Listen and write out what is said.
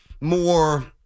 more